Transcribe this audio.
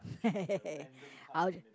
I'll